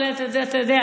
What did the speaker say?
אבל אתה יודע,